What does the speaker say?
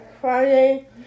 Friday